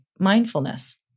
Mindfulness